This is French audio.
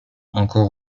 encore